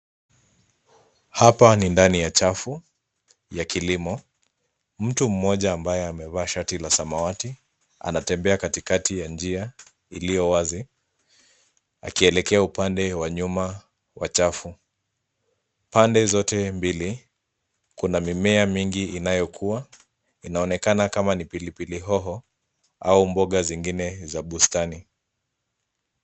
Hapa ni ndani ya chafu ya kilimo. Mtu mmoja ambaye amevaa shati la samawati anatembea katikati ya njia iliyowazi, akielekea upande wa nyuma wa chafu. Pande zote mbili, kuna mimea mingi inayokua, inaonekana kama ni pilipili hoho au mboga zingine za bustani.